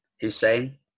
Hussein